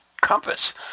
Compass